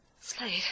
Slade